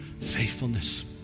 faithfulness